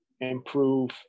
improve